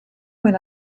when